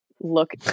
look